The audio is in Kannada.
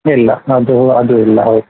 ಇಲ್ಲ ಅದು ಅದು ಇಲ್ಲ ಹೌದು